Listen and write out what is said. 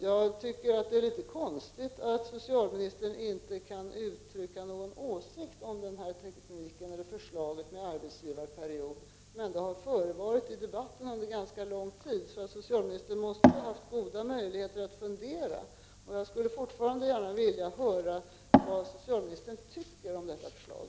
Jag tycker att det är litet konstigt att socialministern inte kan uttrycka en åsikt om förslaget om arbetsgivarperiod, som ändå har förekommit i debatten ganska lång tid. Socialministern måste ha haft goda möjligheter att fundera över det. Jag vill fortfarande gärna höra vad socialministern tycker om detta förslag.